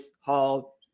Hall